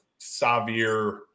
Savir